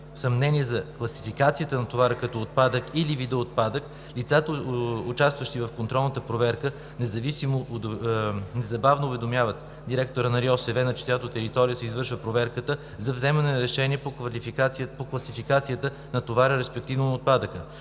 съмнения за класификацията на товара като отпадък или вида отпадък, лицата, участващи в контролната проверка незабавно уведомяват директора на РИОСВ, на чиято територия се извършва проверката, за вземане на решение по класификацията на товара, респективно на отпадъка.